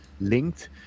linked